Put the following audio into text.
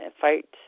fight